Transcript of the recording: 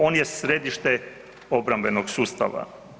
On je središte obrambenog sustava.